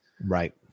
Right